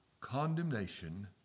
condemnation